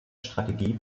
strategie